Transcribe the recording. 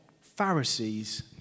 Pharisees